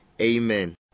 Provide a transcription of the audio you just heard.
Amen